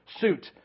suit